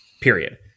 Period